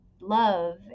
love